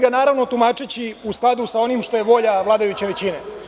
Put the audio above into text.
ga naravno tumači u skladu sa onim što je volja vladajuće većine.